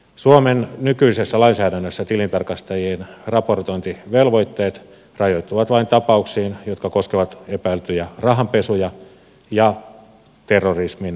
suomen nykyisessä lainsäädännössä tilintarkastajien raportointivelvoitteet rajoittuvat vain tapauksiin jotka koskevat epäiltyjä rahanpesuja ja terrorismin rahoittamista